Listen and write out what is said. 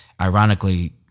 Ironically